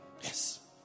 Yes